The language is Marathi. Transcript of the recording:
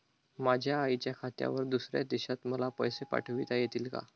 माझ्या आईच्या खात्यावर दुसऱ्या देशात मला पैसे पाठविता येतील का?